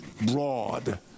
broad